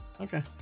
okay